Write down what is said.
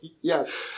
yes